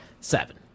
seven